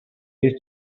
used